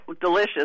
delicious